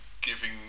giving